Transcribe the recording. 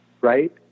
right